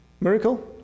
miracle